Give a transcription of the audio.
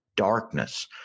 Darkness